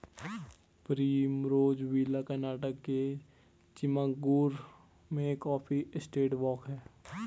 Primrose villa Karnataka के चिकमगलूर में coffee estate walk हैं